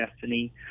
destiny